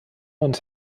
und